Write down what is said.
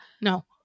No